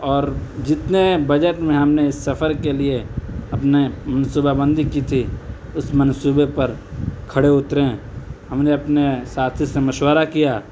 اور جتنے بجٹ میں ہم نے اس سفر کے لیے ہم نے منصوبہ بندی کی تھی اس منصوبے پر کھڑے اتریں ہم نے اپنے ساتھی سے مشورہ کیا